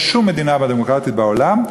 אבל בשום מדינה דמוקרטית בעולם,